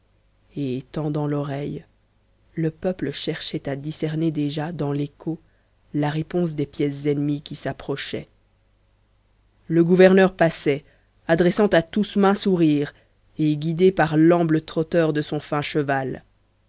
et tendant l'oreille le peuple cherchait à discerner déjà dans l'écho la réponse des pièces ennemies qui s'approchaient le gouverneur passait adressant à tous maints sourires et guidé par lamble trotteur de son fin cheval